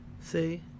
See